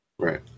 Right